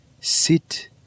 sit